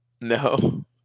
No